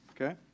Okay